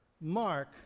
mark